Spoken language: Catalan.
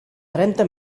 trenta